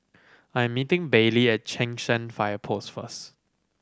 I'm meeting Bailee at Cheng San Fire Post first